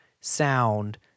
sound